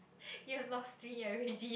you have lost three already